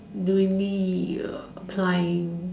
really err apply